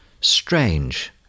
strange